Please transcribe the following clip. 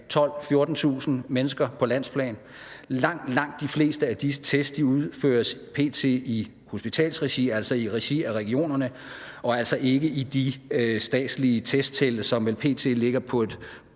12.000-14.000 mennesker på landsplan, og langt, langt de fleste af disse test udføres p.t. i hospitalsregi, altså i regi af regionerne og ikke i de statslige testtelte, hvor antallet p.t. vel ligger på et